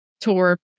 tour